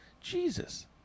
Jesus